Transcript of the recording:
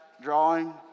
drawing